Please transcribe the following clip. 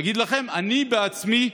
להגיד לכם, אני בעצמי,